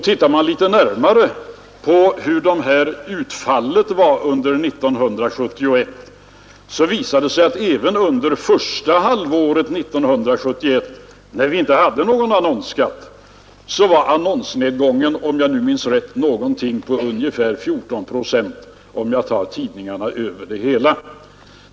Tittar man litet närmare på utfallet 1971 visar det sig att annonsnedgången även under första halvåret 1971, när vi inte hade någon annonsskatt, var ungefär 14 procent på alla tidningar i genomsnitt.